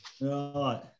right